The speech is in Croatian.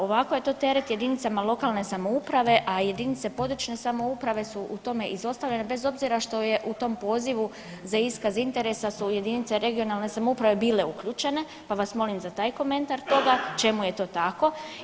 Ovako je to teret jedinicama lokalne samouprave, a jedinice područne samouprave su u tome izostavljene bez obzira što je u tom pozivu za iskaz interesa su jedinice regionalne samouprave bile uključene, pa vas molim za taj komentar toga čemu je to tako.